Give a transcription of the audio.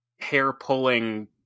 hair-pulling